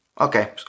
Okay